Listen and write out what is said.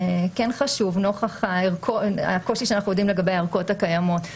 כן חשוב נוכח הקושי שאנחנו יודעים לגבי הערכות הקיימות,